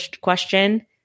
question